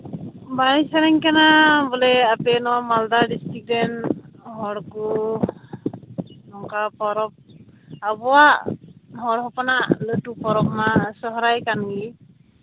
ᱵᱟᱲᱟᱭ ᱥᱟᱱᱟᱧ ᱠᱟᱱᱟ ᱵᱚᱞᱮ ᱟᱯᱮ ᱱᱚᱣᱟ ᱢᱟᱞᱫᱟ ᱰᱤᱥᱴᱤᱠ ᱨᱮᱱ ᱦᱚᱲ ᱠᱚ ᱱᱚᱝᱠᱟ ᱯᱚᱨᱚᱵᱽ ᱟᱵᱚᱣᱟᱜ ᱦᱚᱲ ᱦᱚᱯᱚᱱᱟᱜ ᱞᱟᱹᱴᱩ ᱯᱚᱨᱚᱵᱽ ᱢᱟ ᱥᱚᱨᱦᱟᱭ ᱠᱟᱱᱜᱮ